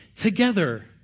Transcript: together